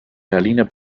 berliner